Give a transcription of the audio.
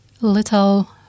little